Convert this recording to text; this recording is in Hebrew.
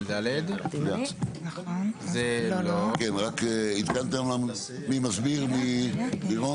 אחרי ההגדרה "מבנה דרך" יבוא: "מבנה נלווה